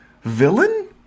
villain